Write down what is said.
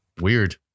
Weird